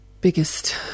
biggest